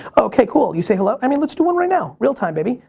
ok. cool. you say hello. i mean let's do one right now. real time, baby.